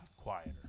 quieter